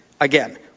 again